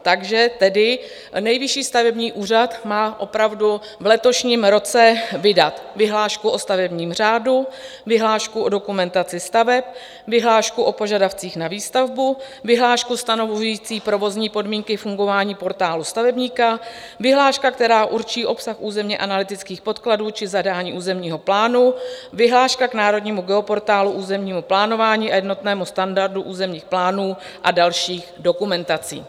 Takže tedy Nejvyšší stavební úřad má opravdu v letošním roce vydat vyhlášku o stavebním řádu, vyhlášku o dokumentaci staveb, vyhlášku o požadavcích na výstavbu, vyhlášku stanovující provozní podmínky fungování Portálu stavebníka, vyhlášku, která určí obsah územněanalytických podkladů či zadání územního plánu, vyhlášku k Národnímu geoportálu územního plánování a jednotnému standardu územních plánů a dalších dokumentací.